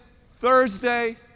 Thursday